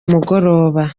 mugoroba